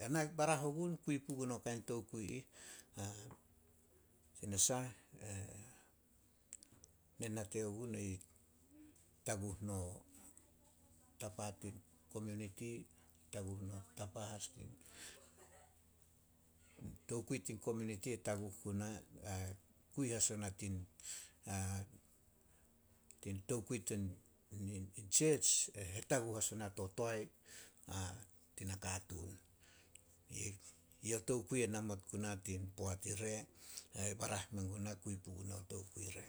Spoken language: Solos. Ena barah ogun kui puguna kain tokui ih tinasah, ne nate gun taguh no tapa tin kominiti tokui tin kominiti e taguh guna ai kui as ona tin tin tokui tin church e hetaguh as ona to toae tin nakatuun. Yo tokui e namot guna tin poat ire ai barah menguna kui puguna tokui re